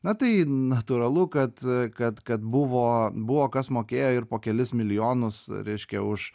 na tai natūralu kad kad kad buvo buvo kas mokėjo ir po kelis milijonus reiškia už